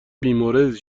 بیمورد